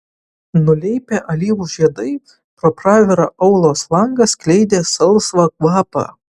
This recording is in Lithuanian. nuleipę alyvų žiedai pro pravirą aulos langą skleidė salsvą kvapą